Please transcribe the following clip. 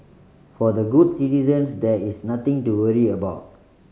for the good citizens there is nothing to worry about